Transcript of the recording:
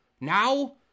now